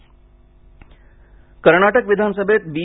कर्नाटक कर्नाटक विधानसभेत बी